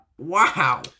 Wow